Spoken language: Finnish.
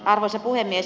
arvoisa puhemies